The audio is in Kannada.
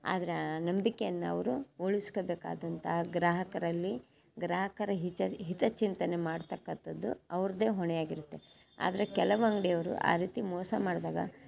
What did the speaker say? ಆದರೆ ಆ ನಂಬಿಕೆಯನ್ನು ಅವರು ಉಳಿಸ್ಕೋಬೇಕಾದಂಥ ಗ್ರಾಹಕರಲ್ಲಿ ಗ್ರಾಹಕರ ಹಿತ ಹಿತಚಿಂತನೆ ಮಾಡ್ತಕ್ಕಂಥದ್ದು ಅವ್ರದ್ದೆ ಹೊಣೆಯಾಗಿರುತ್ತೆ ಆದರೆ ಕೆಲವು ಅಂಗಡಿಯವ್ರು ಆ ರೀತಿ ಮೋಸ ಮಾಡಿದಾಗ